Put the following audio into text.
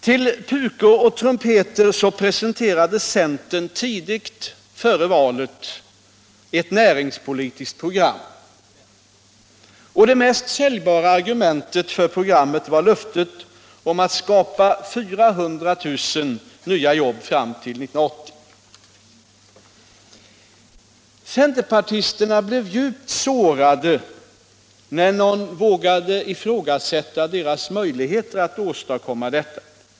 Till pukor och trumpeter presenterade centern tidigt före valet ett näringspolitiskt program. Det mest säljbara argumentet för programmet var löftet om att skapa 400 000 nya jobb fram till 1980. Centerpartisterna blev djupt sårade när någon vågade ifrågasätta deras möjligheter att åstadkomma detta.